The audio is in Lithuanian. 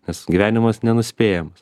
nes gyvenimas nenuspėjamas